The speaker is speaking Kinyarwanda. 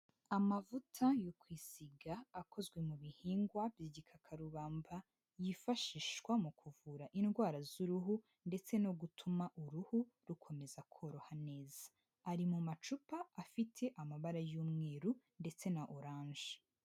Amavuta yo kwisiga, akozwe mu bihingwa by'igikakarubamba, yifashishwa mu kuvura indwara z'uruhu ndetse no gutuma uruhu rukomeza koroha neza. Ari mu macupa afite amabara y'umweru ndetse na oranje.